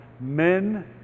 Men